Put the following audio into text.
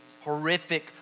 horrific